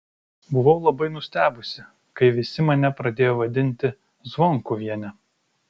buvau labai nustebusi kai visi mane pradėjo vadinti zvonkuviene